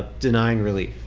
denying relief.